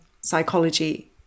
psychology